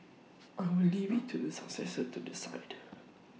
I will leave IT to the successor to decide